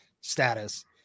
status